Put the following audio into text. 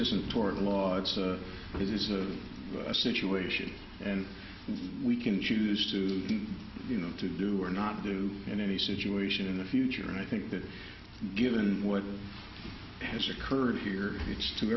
isn't a tort law it's a it is a situation and we can choose to you know to do or not do in any situation in the future and i think that given what has occurred here it's t